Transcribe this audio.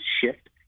shift